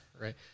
Right